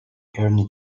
ernie